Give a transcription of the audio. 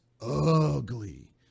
ugly